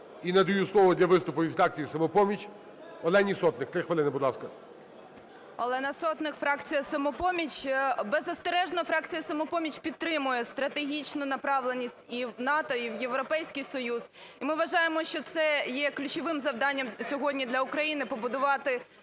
І надаю слово для виступу від фракції "Самопоміч" Олені Сотник. 3 хвилини, будь ласка. 17:00:00 СОТНИК О.С. Олена Сотник, фракція "Самопоміч". Беззастережно фракція "Самопоміч" підтримує стратегічну направленість і в НАТО, і в Європейський Союз. І ми вважаємо, що це є ключовим завданням сьогодні для України – побудувати